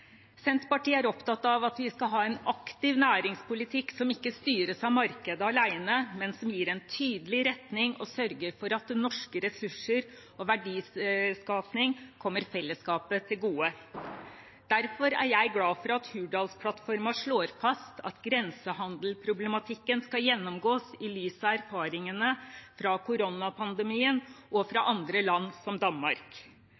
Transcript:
Senterpartiet er opptatt av at vi skal ha en aktiv næringspolitikk som ikke styres av markedet alene, men som gir en tydelig retning og sørger for at norske ressurser og verdiskaping kommer fellesskapet til gode. Derfor er jeg glad for at Hurdalsplattformen slår fast at grensehandelsproblematikken skal gjennomgås i lys av erfaringene fra koronapandemien og